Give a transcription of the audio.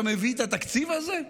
אתה מביא את התקציב הזה?